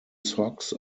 socks